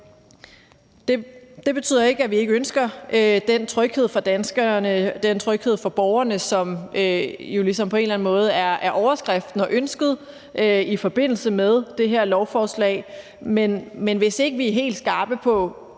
Det betyder ikke, at vi ikke ønsker den tryghed for danskerne, den tryghed for borgerne, som jo på en eller anden måde ligesom er overskriften og ønsket i forbindelse med det her lovforslag, men hvis vi ikke er helt skarpe på